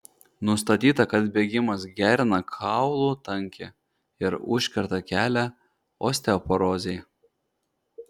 nustatyta kad bėgimas gerina kaulų tankį ir užkerta kelią osteoporozei